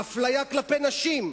האפליה כלפי נשים?